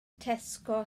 tesco